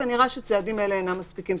ונראה שהצעדים האלה אינם מספיקים,